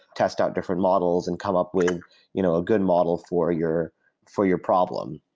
test out different models and come up with you know a good model for your for your problem.